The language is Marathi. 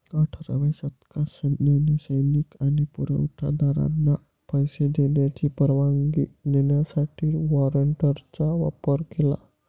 अठराव्या शतकात सैन्याने सैनिक आणि पुरवठा दारांना पैसे देण्याची परवानगी देण्यासाठी वॉरंटचा वापर केला